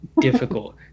difficult